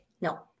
no